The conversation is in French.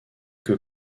que